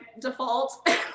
default